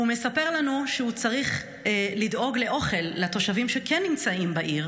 הוא מספר לנו שהוא צריך לדאוג לאוכל לתושבים שכן נמצאים בעיר,